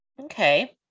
okay